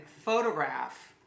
photograph